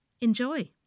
Enjoy